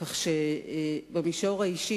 כך שבמישור האישי,